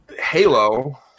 Halo